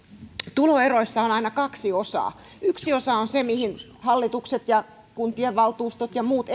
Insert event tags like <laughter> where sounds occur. tuloeroissa on aina kaksi osaa yksi osa on se mihin hallitukset ja kuntien valtuustot ja muut <unintelligible>